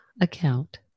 account